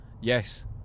yes